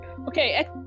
okay